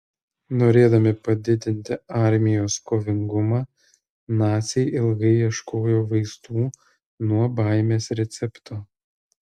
norėdami padidinti armijos kovingumą naciai ilgai ieškojo vaistų nuo baimės recepto